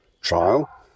trial